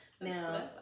now